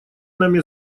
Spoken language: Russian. нами